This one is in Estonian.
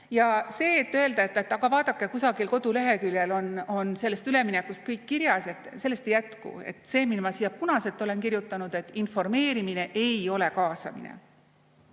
Ja sellest, et öelda, aga vaadake, kusagil koduleheküljel on sellest üleminekust kõik kirjas, ei jätku. See, mis ma siia punaselt olen kirjutanud: informeerimine ei ole kaasamine.